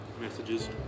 Messages